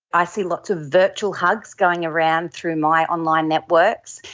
i see lots of virtual hugs going around through my online networks,